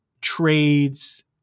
trades